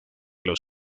los